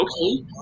okay